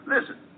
Listen